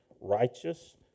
righteous